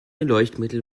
leuchtmittel